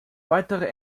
weitere